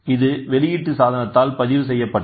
இது வெளியீட்டு சாதனத்தால் பதிவு செய்யப்பட்டது